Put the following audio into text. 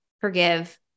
forgive